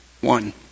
one